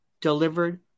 delivered